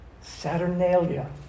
Saturnalia